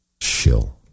Shill